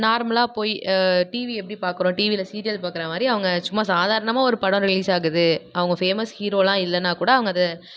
நார்மலாக போய் டிவி எப்படி பார்க்குறோம் டிவியில சீரியல் பார்க்குறா மாதிரி அவங்க சும்மா சாதாரணமாக ஒரு படம் ரிலீஸ் ஆகுது அவங்க ஃபேமஸ் ஹீரோலாம் இல்லைனா கூட அவங்க அதை